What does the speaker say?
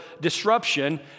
disruption